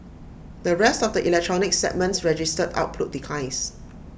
the rest of the electronics segments registered output declines